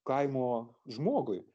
kaimo žmogui